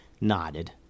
nodded